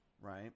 Right